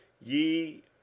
Ye